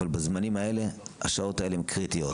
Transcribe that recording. אבל בזמנים האלה השעות האלה הן קריטיות.